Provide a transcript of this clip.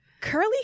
Curly